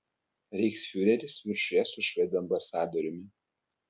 reichsfiureris viršuje su švedų ambasadoriumi